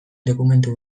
dokumentu